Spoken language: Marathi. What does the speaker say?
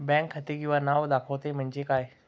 बँक खाते किंवा नाव दाखवते म्हणजे काय?